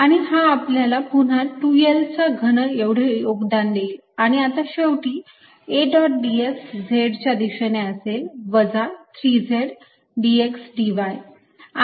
आणि हा आपल्याला पुन्हा 2 L चा घन एवढे योगदान देईल आणि आता शेवटी A डॉट ds z च्या दिशेने असेल वजा 3z dx dy